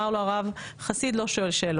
אמר לו הרב: חסיד לא שואל שאלות,